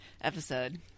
episode